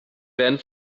werden